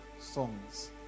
songs